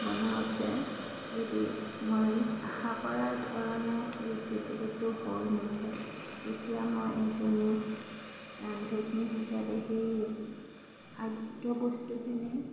বনাওঁতে যদি মই আশা কৰাৰ ধৰণে ৰেচিটিপিটো হৈ নুঠে তেতিয়া মই এজনী ৰান্ধনী হিচাপে সেই খাদ্য় বস্তুখিনি